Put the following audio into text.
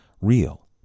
real